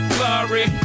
Glory